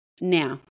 Now